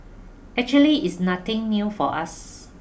actually it's nothing new for us